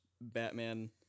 Batman